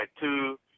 two